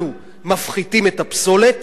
אנחנו מפחיתים את הפסולת